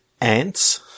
ants-